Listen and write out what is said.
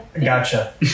Gotcha